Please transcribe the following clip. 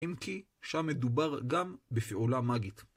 אם כי שם מדובר גם בפעולה מגית.